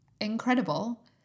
incredible